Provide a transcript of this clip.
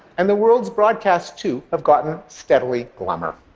and the world's broadcasts too have gotten steadily glummer.